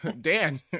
Dan